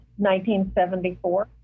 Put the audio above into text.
1974